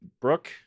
Brooke